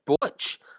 butch